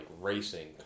racing